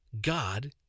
God